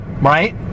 right